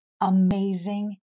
amazing